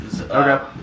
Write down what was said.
Okay